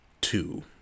two